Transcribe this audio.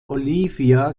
olivia